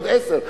עוד עשר,